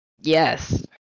Yes